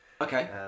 Okay